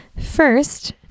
First